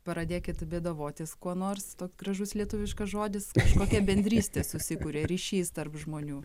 paradėkit bėdavotis kuo nors toks gražus lietuviškas žodis kažkokia bendrystė susikuria ryšys tarp žmonių